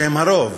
שהם הרוב,